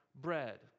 bread